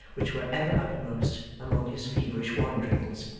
which were ever uppermost among his feverish wanderings.